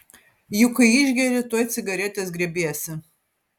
juk kai išgeri tuoj cigaretės griebiesi